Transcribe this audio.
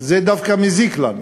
זה דווקא מזיק לנו.